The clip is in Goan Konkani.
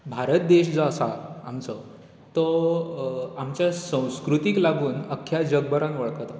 भारत देश जो आसा आमचो तो आमच्या संस्कृतीक लागून अख्ख्या जगभरांत वळखतात